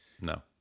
no